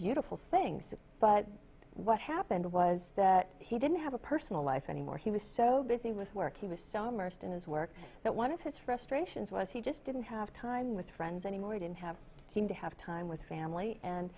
beautiful things but what happened was that he didn't have a personal life anymore he was so busy with work he was so immersed in his work that one of his frustrations was he just didn't have time with friends anymore didn't have him to have time with family and